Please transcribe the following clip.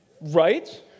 Right